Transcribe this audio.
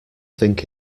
think